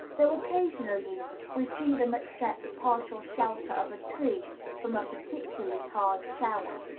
though occasionally we see them accept the partial shelter of a tree from a particularly hard shower.